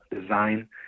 design